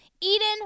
Eden